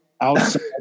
outside